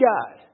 God